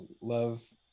love